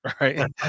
right